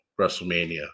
WrestleMania